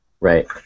Right